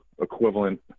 equivalent